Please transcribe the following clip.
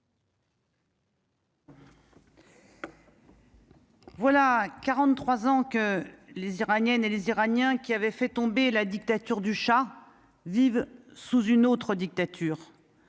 Voilà 43 ans que les Iraniennes et les Iraniens qui avaient fait tomber la dictature du Shah vivent sous une autre dictature